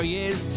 Years